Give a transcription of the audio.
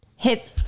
Hit